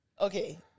Okay